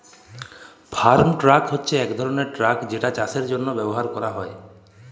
farm tractor হছে ইক ধরলের টেরাক যেট চাষের জ্যনহে ব্যাভার ক্যরা হয়